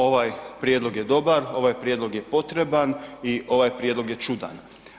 Ovaj prijedlog je dobar, ovaj prijedlog je potreban i ovaj prijedlog je čudan.